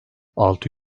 altı